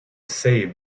save